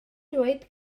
dweud